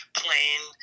plane